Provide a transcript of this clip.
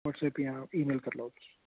WhatsApp जां email करी लैओ तुस